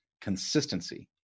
Consistency